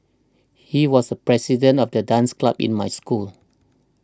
he was the president of the dance club in my school